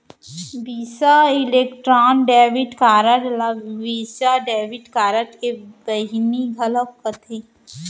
बिसा Electron debit card ल Visa debit card के बहिनी घलौक कथें